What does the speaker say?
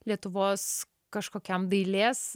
lietuvos kažkokiam dailės